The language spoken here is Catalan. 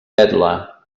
vetla